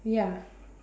ya